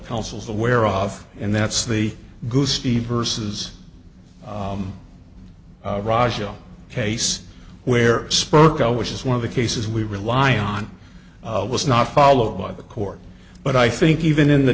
counsel's aware of and that's the good steve versus raj case where spoke out which is one of the cases we rely on was not followed by the court but i think even in the